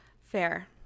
Fair